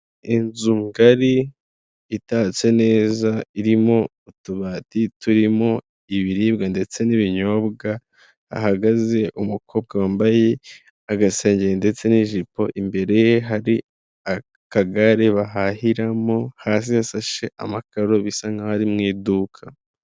Inzu ngari itatse neza irimo utubati turimo ibiribwa ndetse n'ibinyobwa, hahagaze umukobwa wambaye agasengeri ndetse n'ijipo, imbere ye hari akagare bahahiramo, hasi hasashe amakaro bisa nk'aho ari mu iduka.